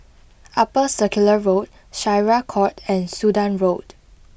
Upper Circular Road Syariah Court and Sudan Road